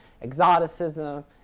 exoticism